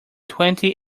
twenty